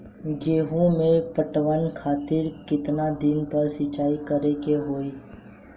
गेहूं में पटवन खातिर केतना दिन पर सिंचाई करें के होई?